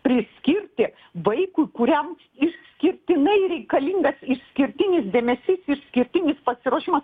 priskirti vaikui kuriam išskirtinai reikalingas išskirtinis dėmesys išskirtinis pasiruošimas